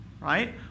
right